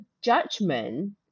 judgment